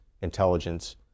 intelligence